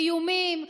באיומים,